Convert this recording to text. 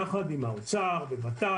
משא ומתן יחד עם האוצר, עם ות"ת.